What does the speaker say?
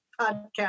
podcast